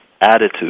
attitude